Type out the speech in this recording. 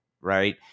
Right